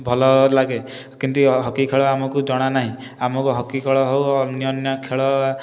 ଭଲ ଲାଗେ କିନ୍ତୁ ଏ ହକି ଖେଳ ଆମକୁ ଜଣା ନାହିଁ ଆମକୁ ହକି ଖେଳ ହେଉ ଅନ୍ୟାନ୍ୟ ଖେଳ